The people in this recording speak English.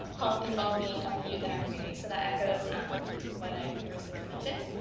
health, and well being of the youth in our community. so that echos um what i previously mentioned.